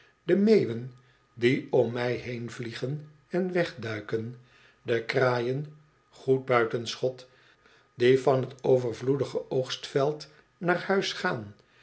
de meeuwen die om mij heen vliegen en wegduiken de kraaien goed buiten schot die van t overvloedige oogstveld naar huis gaan